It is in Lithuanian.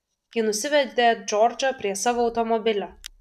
ji nusivedė džordžą prie savo automobilio